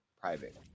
private